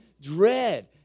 dread